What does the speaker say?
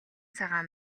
цагаан